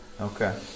Okay